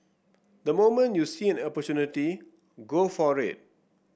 the moment you see an opportunity go for it